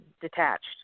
detached